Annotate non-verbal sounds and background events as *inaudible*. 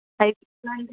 *unintelligible*